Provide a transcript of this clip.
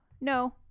no